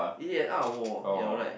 yeah out of war you are right